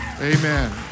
Amen